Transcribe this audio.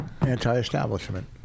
Anti-establishment